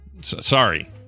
Sorry